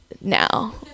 now